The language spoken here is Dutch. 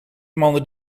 mannen